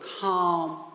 calm